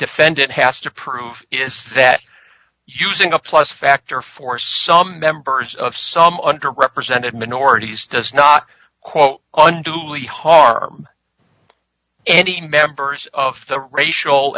defendant has to prove is that using a plus factor for some members of some under represented minorities does not quote on duly harm any members of the racial